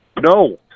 No